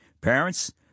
Parents